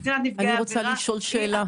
קצינת נפגעי עבירה.